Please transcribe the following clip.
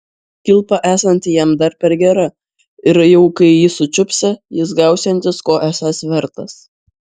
kilpa esanti jam dar per gera ir jau kai jį sučiupsią jis gausiantis ko esąs vertas